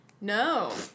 No